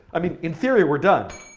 i mean, in theory, we're done!